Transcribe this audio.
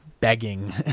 begging